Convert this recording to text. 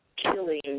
Killing